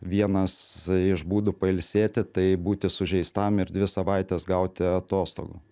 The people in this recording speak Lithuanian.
vienas iš būdų pailsėti tai būti sužeistam ir dvi savaites gauti atostogų